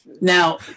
Now